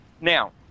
Now